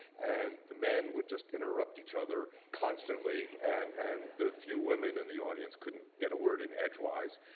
and the men would just interrupt each other constantly and and the few women in the audience couldn't get a word in edgewise.